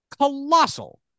colossal